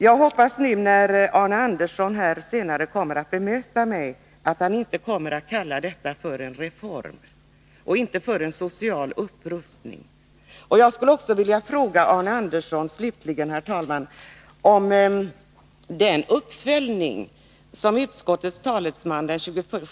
Jag hoppas att Arne Andersson i Gustafs, när han senare skall bemöta mig, inte kommer att kalla detta för en reform eller en social upprustning. Herr talman! Jag skulle slutligen vilja fråga Arne Andersson om den uppföljning som skulle ske har kommit till stånd.